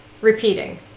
Repeating